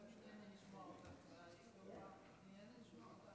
ערב טוב.